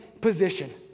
position